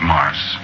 Mars